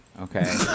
Okay